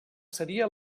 seria